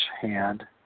Hand